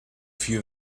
few